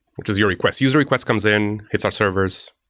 which is your request. user request comes in. it's on servers.